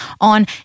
on